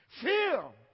feel